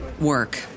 work